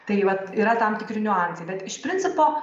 tai vat yra tam tikri niuansai bet iš principo